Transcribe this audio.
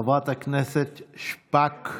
חברת הכנסת שפק.